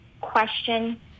question